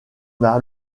n’a